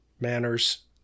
manners